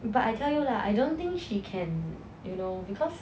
but I tell you lah I don't think he can you know because